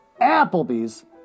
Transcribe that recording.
Applebee's